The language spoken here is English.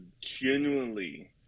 genuinely